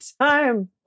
time